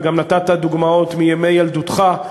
וגם נתת דוגמאות מימי ילדותך,